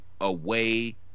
away